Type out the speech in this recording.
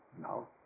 now